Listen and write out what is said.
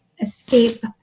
escape